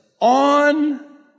on